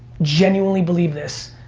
genuinely believe this,